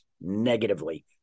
negatively